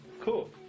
Cool